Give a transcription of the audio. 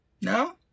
No